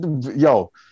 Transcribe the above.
yo